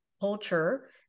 culture